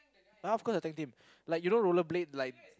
ya of course the tag team like you know roller blade like